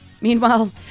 Meanwhile